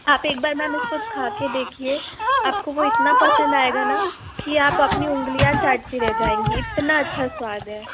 आप एक बार मैं मेम कुछ खा के देखिए आपको वो इतना पसंद आएगा ना की आप अपनी उंगलियाँ चाटती रह जाएंगी इतना अच्छा स्वाद है